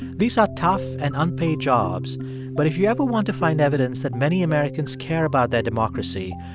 these are tough and unpaid jobs but if you ever want to find evidence that many americans care about their democracy,